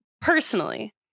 personally